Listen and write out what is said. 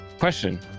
question